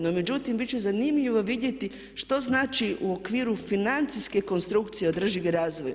No međutim, biti će zanimljivo vidjeti što znači u okviru financijske konstrukcije održivi razvoj.